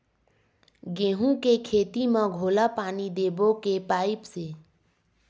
गेहूं के खेती म घोला पानी देबो के पाइप से?